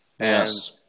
Yes